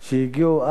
שהגיעו אז,